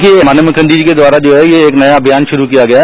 ये आज माननीय मुख्यमंत्री जी के द्वारा जो है यह एक नया अनियान शुरू किया गया है